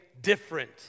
different